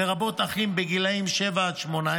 לרבות אחים בגיל 7 18,